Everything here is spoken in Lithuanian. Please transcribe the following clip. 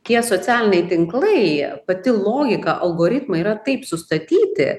tie socialiniai tinklai pati logika algoritmai yra taip sustatyti